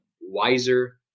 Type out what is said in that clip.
wiser